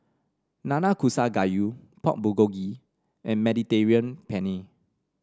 Nanakusa Gayu Pork Bulgogi and Mediterranean Penne